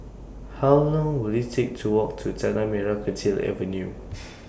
How Long Will IT Take to Walk to Tanah Merah Kechil Avenue